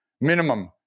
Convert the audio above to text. minimum